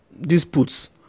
disputes